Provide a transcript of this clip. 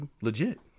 legit